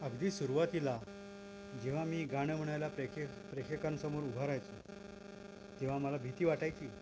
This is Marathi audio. अगदी सुरवातीला जेव्हा मी गाणं म्हणायला प्रेखे प्रेखेकांसमोर उभा राहायचो तेव्हा मला भीती वाटायची